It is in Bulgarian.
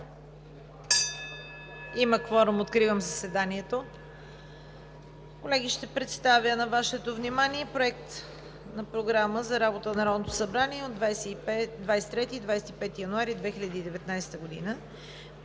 Има кворум. Откривам заседанието. Колеги, ще представя на Вашето внимание Проект на програма за работа на Народното събрание за периода 23 – 25 януари 2019 г.: „1.